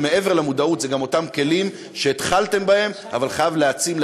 אבל מעבר למודעות זה גם אותם כלים שהתחלתם בהם אבל חייבים להעצים,